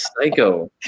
psycho